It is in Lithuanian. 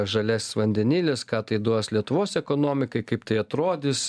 žaliasis vandenilis ką tai duos lietuvos ekonomikai kaip tai atrodys